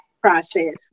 process